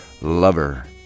lover